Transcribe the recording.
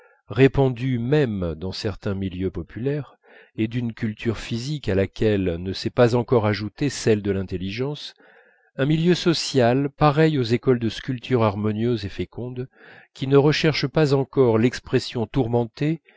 répandues même dans certains milieux populaires et d'une culture physique à laquelle ne s'est pas encore ajoutée celle de l'intelligence un milieu social pareil aux écoles de sculpture harmonieuses et fécondes qui ne recherchant pas encore l'expression tourmentée